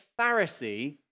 Pharisee